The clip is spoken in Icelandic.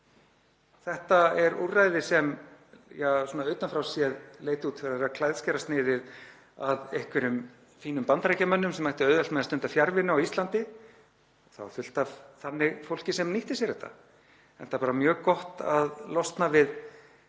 Þetta er úrræði sem svona utan frá séð leit út fyrir að vera klæðskerasniðið að einhverjum fínum Bandaríkjamönnum sem ættu auðvelt með að stunda fjarvinnu á Íslandi. Það var fullt af þannig fólki sem nýtti sér þetta, enda var bara mjög gott að losna við